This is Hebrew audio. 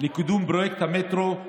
לקידום פרויקט המטרו,